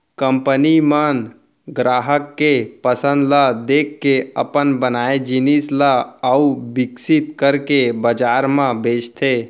company मन गराहक के पसंद ल देखके अपन बनाए जिनिस ल अउ बिकसित करके बजार म बेचथे